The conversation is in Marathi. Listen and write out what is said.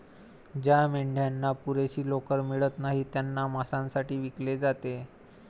ज्या मेंढ्यांना पुरेशी लोकर मिळत नाही त्यांना मांसासाठी विकले जाते